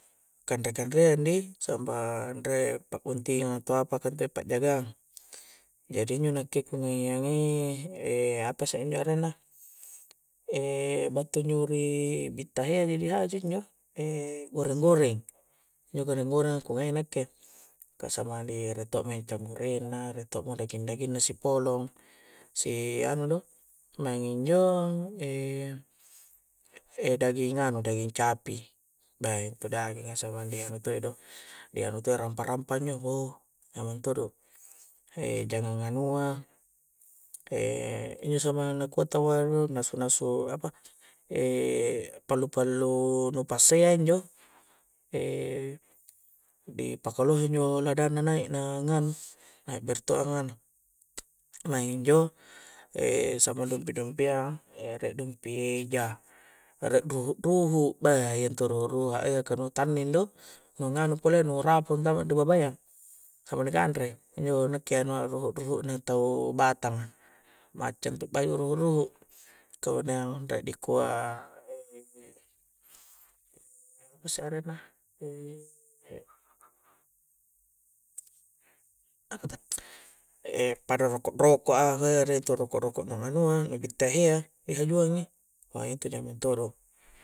Kanre-kanreang' dih' samang re' pa'buntingang' atau apakah te' pajaga'ang jadi injo' nakke ku ngai'angi' e' apa isse injo' arengna e' battu' injo' ri' bittahe' ya injo' ri haju' injo' e' goreng-goreng, injo' goreng-gorenga ku ngai' nakke', kah samang rie' to canggoreng na, rie' to' mi daging-daging na sipolong si anu' do, maeng injo' e' e' daging nganu, e' daging capi, beh intu daginga samang di anu to'i do, di anu' to'i rampa-rampa' injo' uh nyamang to do' e' jangang anu'a e' injo' samang nga kua' tau'a nu' nasu-nasu apa e' pallu-pallu' nupassea injo' e'di pakalohe' injo' ladangna nai' na nganu' nai' nganu' maeng injo' e' samang-samang dumpi-dumpi'a e' rie' dumpi' eja' re' duhu'-duhu', beh iya intu' ruhu'-ruhu'a kah nu tanning do, nu nganu pole nu rapo' antama ri' babaya samang di kanre'i injo' nakke'anu ruhu'-ruhu' na tau batanga' macca' intu' bayu' ruhu'-ruhu' kemudian re' dikua' e' e' apa isse' arengna e' pada roko'-roko'a beh re' tu roko-roko'a nu nganua' nu' bettiheya' di hajuangi' intu' jamang todo